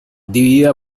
dividida